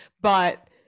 But-